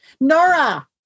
Nora